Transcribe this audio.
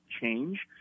change